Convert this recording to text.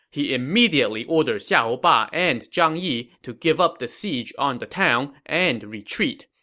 he immediately ordered xiahou ba and zhang yi to give up the siege on the town and retreat.